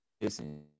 listen